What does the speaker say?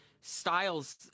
styles